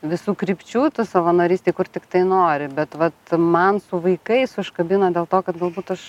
visų krypčių ta savanorystė kur tiktai nori bet vat man su vaikais kabina dėl to kad galbūt aš